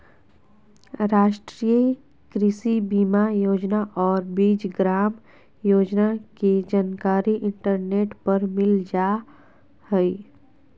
राष्ट्रीय कृषि बीमा योजना और बीज ग्राम योजना के जानकारी इंटरनेट पर मिल जा हइ